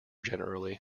generally